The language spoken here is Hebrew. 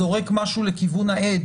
כך זה אמור להיות.